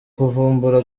kuvumbura